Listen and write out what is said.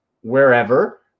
wherever